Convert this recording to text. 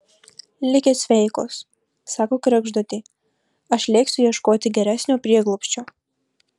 likit sveikos sako kregždutė aš lėksiu ieškoti geresnio prieglobsčio